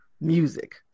music